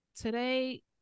today